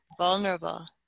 vulnerable